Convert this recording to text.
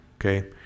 okay